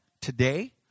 today